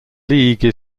league